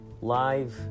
Live